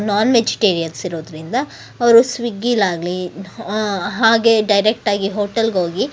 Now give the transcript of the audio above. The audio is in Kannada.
ನಾನ್ವೆಜಿಟೇರಿಯನ್ಸ್ ಇರೋದರಿಂದ ಅವರು ಸ್ವಿಗ್ಗಿಲ್ಲಾಗಲಿ ಹಾಗೇ ಡೈರೆಕ್ಟಾಗಿ ಹೋಟೆಲ್ಗೆ ಹೋಗಿ